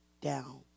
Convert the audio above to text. Down